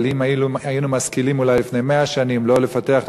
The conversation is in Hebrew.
אבל אולי אם היינו משכילים לפני 100 שנים לא לפתח את